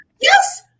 Yes